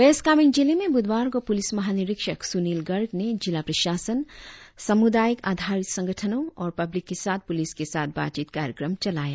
waste Kameng जिले में ब्रधवार को प्रलिस महानिरीक्षक सुनील गर्ग ने जिला प्रशासन समुदायिक आधारित संगठनों और पब्लिक के साथ पुलिस के साथ बातचीत कार्यक्रम चलाया